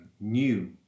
new